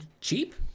cheap